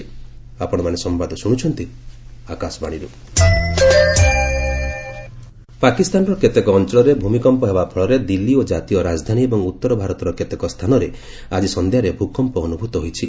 earthquake ପାକିସ୍ତାନର କେତେକ ଅଞ୍ଚଳରେ ଭୂମିକମ୍ପ ହେବା ଫଳରେ ଦିଲ୍ଲୀ ଓ ଜାତୀୟ ରାଜଧାନୀ ଏବଂ ଉତ୍ତରଭାରତର କେତେକ ସ୍ଥାନରେ ଆକି ସନ୍ଧ୍ୟାରେ ଭୂକମ୍ପ୍ ଅନୁଭୂତ ହୋଇଛି